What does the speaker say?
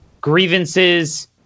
grievances